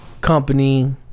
company